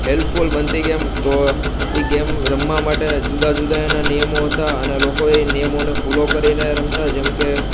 helpful બનતી game તો એ ગેમ રમવા માટે જુદા જુદા એના નિયમો હતા અને લોકોએ નિયમોને ફોલો કરીને રમતા જેમકે